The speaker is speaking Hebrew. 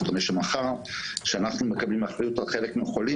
מחר כשאנחנו מקבלים חלק מהחולים,